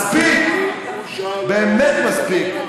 מספיק, באמת מספיק.